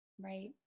right